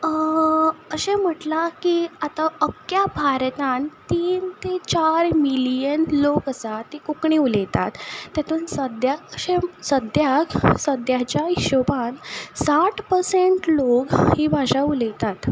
अशें म्हटलां की आतां अख्ख्या भारतान तीन ते चार मिलीयन लोक आसा ते कोंकणी उलयतात तेतून सद्द्यांक अशे सद्द्याक सद्द्यांच्या हिशोबान साठ परसेंट लोक ही भाशा उलयतात